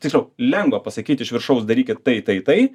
tiksliau lengva pasakyt iš viršaus darykit tai tai tai